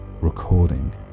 recording